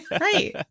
Right